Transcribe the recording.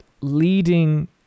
leading